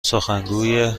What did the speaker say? سخنگوی